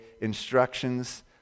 instructions